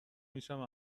میشم